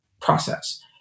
process